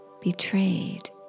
betrayed